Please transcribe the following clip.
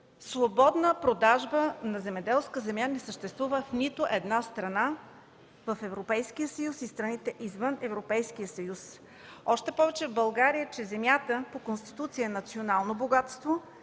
Свободна продажба на земеделска земя не съществува в нито една страна в Европейския съюз и в страните извън Европейския съюз. Още повече, че в България земята по Конституция е национално богатство,